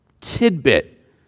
tidbit